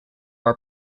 are